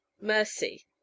Mercy